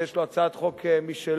ויש לו הצעת חוק משלו,